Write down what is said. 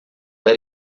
era